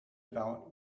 about